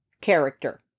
character